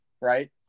right